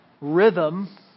rhythm